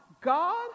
God